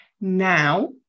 Now